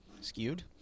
skewed